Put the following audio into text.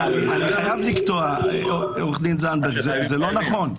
אני חייב לקטוע, זה לא נכון.